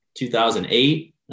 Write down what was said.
2008